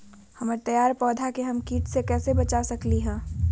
हमर तैयार पौधा के हम किट से कैसे बचा सकलि ह?